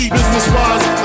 Business-wise